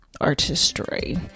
artistry